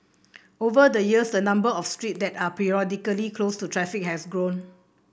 over the years the number of streets that are periodically closed to traffic has grown